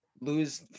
lose